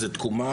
זה תקומה.